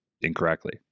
incorrectly